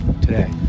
today